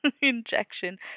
injection